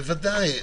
ודאי.